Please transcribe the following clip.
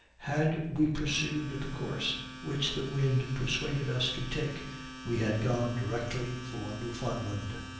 had we pursued the course which the wind persuaded us to take we had gone directly for newfoundland,